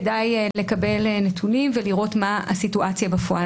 כדאי לקבל נתונים ולראות מה הסיטואציה בפועל.